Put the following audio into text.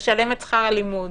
לשלם את שכר הלימוד,